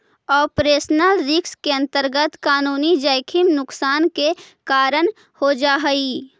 operational risk के अंतर्गत कानूनी जोखिम नुकसान के कारण हो जा हई